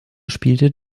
spielte